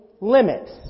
limits